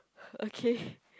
okay